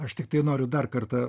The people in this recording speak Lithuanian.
aš tiktai noriu dar kartą